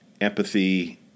empathy